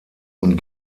und